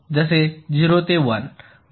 जसे 0 ते 1